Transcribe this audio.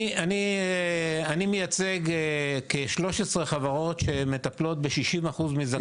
אני מייצג כ-13 חברות שמטפלות בכ-60% מזכאי חוק הסיעוד.